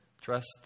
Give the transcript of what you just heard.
Trust